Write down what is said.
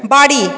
বাড়ি